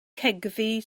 cegddu